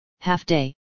half-day